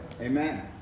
Amen